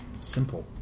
Simple